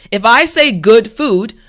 if i say good food,